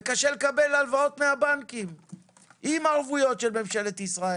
וקשה לקבל אותן למרות הערבויות הממשלתיות,